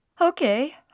Okay